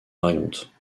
variantes